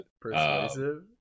persuasive